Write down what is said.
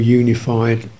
unified